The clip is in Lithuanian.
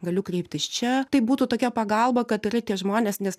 galiu kreiptis čia tai būtų tokia pagalba kad yra tie žmonės nes